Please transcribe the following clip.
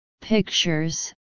pictures